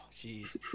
jeez